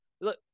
Look